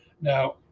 Now